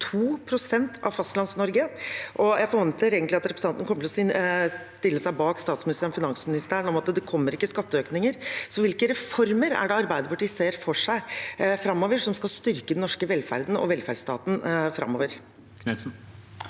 Fastlands-Norge, og jeg forventer egentlig at representanten kommer til å stille seg bak statsministerens og finansministerens uttalelser om at det ikke kommer skatteøkninger. Hvilke reformer er det Arbeiderpartiet ser for seg skal styrke den norske velferden og velferdsstaten framover?